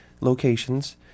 Locations